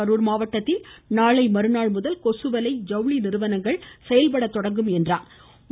கரூர் மாவட்டத்தில் நாளை மறுநாள் முதல் கொசுவலை ஜவுளி நிறுவனங்கள் செயல்படத் தொடங்கும் என அவர் கூறினா்